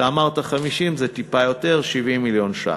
אתה אמרת 50. זה טיפה יותר, 70 מיליון ש"ח.